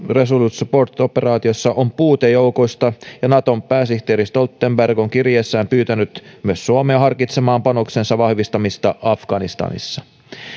support operaatiossa on puute joukoista ja naton pääsihteeri stoltenberg on kirjeessään pyytänyt myös suomea harkitsemaan panoksensa vahvistamista afganistanissa